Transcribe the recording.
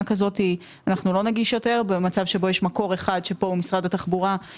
448 עד 449. הפנייה נועדה לתגבור תכנית 'מסע' בסך של כ --- אבל היה